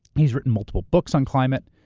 he's written multiple books on climate.